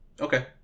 Okay